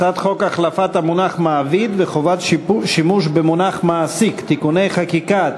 הצעת חוק החלפת המונח מעביד וחובת שימוש במונח מעסיק (תיקוני חקיקה),